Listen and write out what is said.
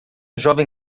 jovem